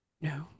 No